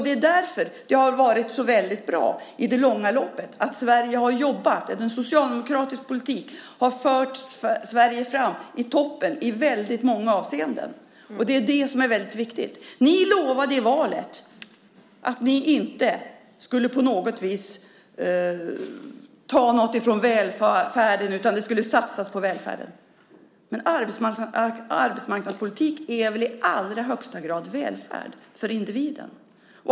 Det är därför som det har varit så väldigt bra i det långa loppet. En socialdemokratisk politik har fört Sverige till toppen i väldigt många avseenden. Och det är det som är väldigt viktigt. Ni lovade i valet att ni inte på något vis skulle ta något från välfärden utan att det skulle satsas på välfärden. Men arbetsmarknadspolitik är väl i allra högsta grad välfärd för individen?